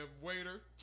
waiter